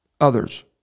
Others